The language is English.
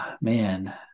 man